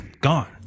gone